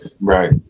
Right